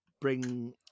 bring